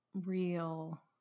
real